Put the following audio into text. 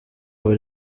aba